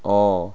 oh